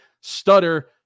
stutter